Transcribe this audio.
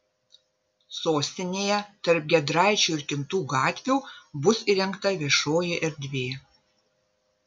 sostinėje tarp giedraičių ir kintų gatvių bus įrengta viešoji erdvė